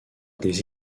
des